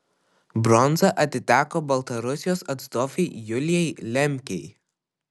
bronza atiteko baltarusijos atstovei julijai lemkei